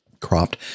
cropped